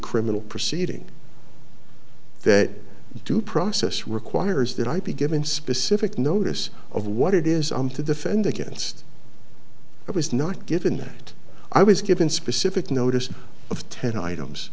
criminal proceeding that due process requires that i be given specific notice of what it is i'm to defend against i was not given that i was given specific notice of ten items